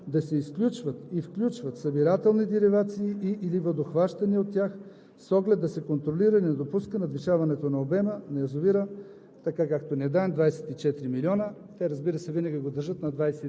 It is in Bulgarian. им дадохме правото, в зависимост от изменението на хидрометеорологичните условия, да се изключват и включват събирателните деривации или водохващанията от тях с оглед да се контролира недопускане надвишаването на обема на язовира